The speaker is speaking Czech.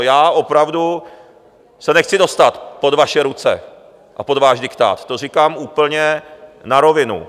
Já opravdu se nechci dostat pod vaše ruce a pod váš diktát, to říkám úplně na rovinu.